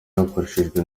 hakoreshejwe